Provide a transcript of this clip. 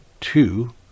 two